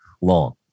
long